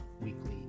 Weekly